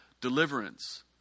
deliverance